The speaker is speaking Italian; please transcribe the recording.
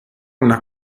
una